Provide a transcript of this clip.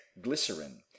Glycerin